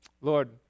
lord